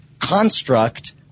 construct